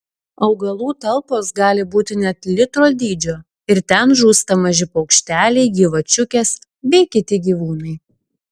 augalų talpos gali būti net litro dydžio ir ten žūsta maži paukšteliai gyvačiukės bei kiti gyvūnai